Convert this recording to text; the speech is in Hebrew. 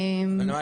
נעמה,